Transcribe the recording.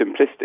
simplistic